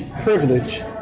privilege